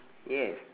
yes